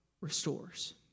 restores